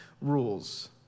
rules